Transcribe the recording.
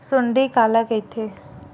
सुंडी काला कइथे?